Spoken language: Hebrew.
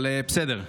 אבל בסדר,